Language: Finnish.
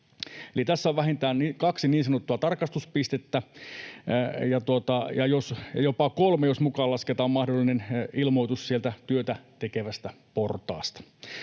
tässä on vähintään kaksi niin sanottua tarkastuspistettä, jopa kolme, jos mukaan lasketaan mahdollinen ilmoitus sieltä työtä tekevästä portaasta.